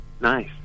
Nice